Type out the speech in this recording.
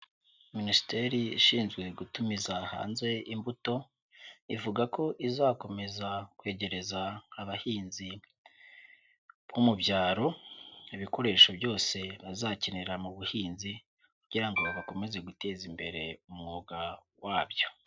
Minisiteri ishinzwe gutumiza hanze imbuto, ivuga ko izakomeza kwegereza abahinzi bo mu byaro ibikoresho byose bazakenera mu buhinzi, kugira ngo bakomeze guteza imbere umwuga wabyo.